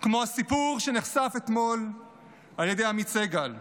כמו הסיפור שנחשף אתמול על ידי עמית סגל,